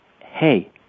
hey